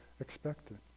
expected